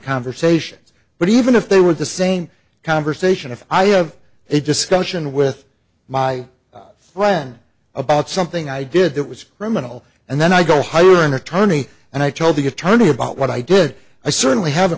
conversations but even if they were the same conversation if i have a discussion with my friend about something i did that was criminal and then i go hire an attorney and i told the attorney about what i did i certainly haven't